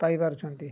ପାଇପାରୁଛନ୍ତି